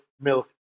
milk